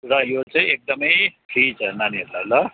र यो चाहिँ एकदम फ्री छ नानीहरूलाई ल